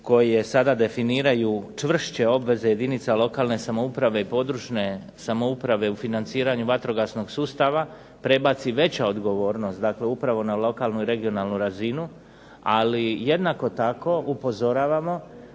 koje sada definiraju čvršće obveze jedinica lokalne i područne (regionalne) samouprave u financiranju vatrogasnog sustava, prebaci veću odgovornost upravo na lokalnu i regionalnu razinu, ali jednako tako upozoravamo